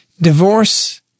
Divorce